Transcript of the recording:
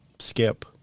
skip